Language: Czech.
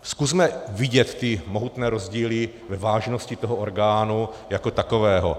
Zkusme vidět ty mohutné rozdíly ve vážnosti toho orgánu jako takového.